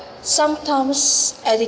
some times